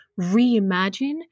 reimagine